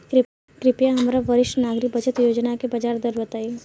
कृपया हमरा वरिष्ठ नागरिक बचत योजना के ब्याज दर बताई